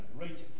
ratings